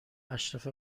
اشرف